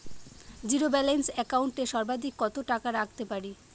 Zero balance account এ সর্বাধিক কত টাকা রাখতে পারি?